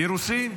אירוסין?